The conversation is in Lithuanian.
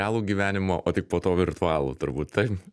realų gyvenimo o tik po to virtualų turbūt taip